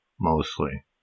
mostly